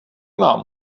mám